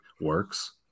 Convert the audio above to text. works